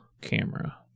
camera